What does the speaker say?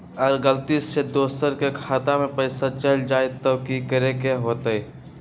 अगर गलती से दोसर के खाता में पैसा चल जताय त की करे के होतय?